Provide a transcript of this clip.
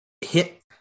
hit